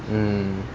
mm